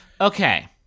Okay